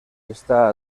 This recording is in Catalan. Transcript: està